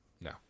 No